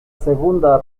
segunda